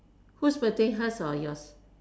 whose birthday hers or yours